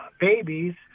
babies